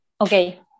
Okay